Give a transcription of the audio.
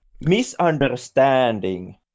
misunderstanding